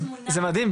זה מדהים.